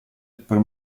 per